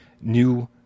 new